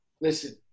Listen